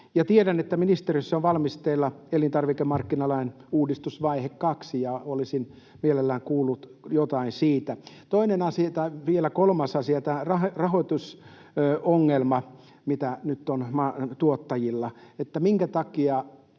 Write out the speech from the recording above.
Tiedän, että ministeriössä on valmisteilla elintarvikemarkkinalain uudistuksen vaihe 2, ja olisin mielelläni kuullut jotain siitä. Vielä kolmas asia, tämä rahoitusongelma, mitä nyt on tuottajilla. Minkä takia